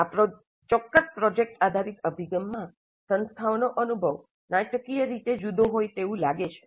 આ ચોક્કસ પ્રોજેક્ટ આધારિત અભિગમમાં સંસ્થાઓનો અનુભવ નાટકીય રીતે જુદો હોય તેવું લાગે છે